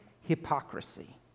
hypocrisy